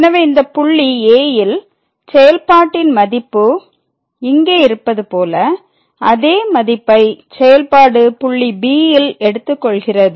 எனவே இந்தப் புள்ளி 'a' யில் செயல்பாட்டின் மதிப்பு இங்கே இருப்பது போல அதே மதிப்பை செயல்பாடு புள்ளி 'b' யில் எடுத்துக்கொள்கிறது